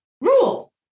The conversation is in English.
rule